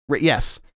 Yes